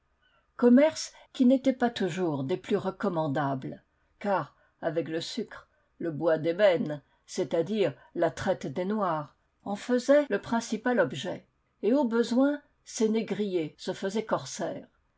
commerce qui n'était pas toujours des plus recommandables car avec le sucre le bois d'ébène c'est-à-dire la traite des noirs en faisait le principal objet et au besoin ces négriers se faisaient corsaires